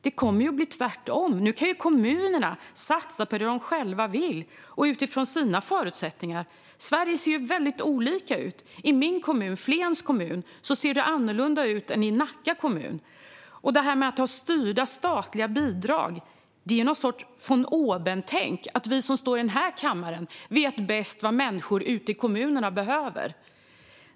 Det kommer ju att bli tvärtom. Nu kan kommunerna satsa på det som de själva vill och göra det utifrån sina förutsättningar. Det ser väldigt olika ut i Sverige. I min kommun, Flens kommun, ser det annorlunda ut än i Nacka kommun. Att ha styrda statliga bidrag är någon sorts von oben-tänk: att vi som står i denna kammare vet bäst vad människor ute i kommunerna behöver.